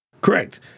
Correct